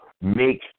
make